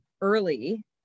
early